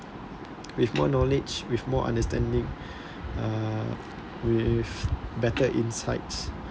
with more knowledge with more understanding uh with better insights